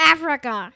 Africa